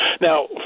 Now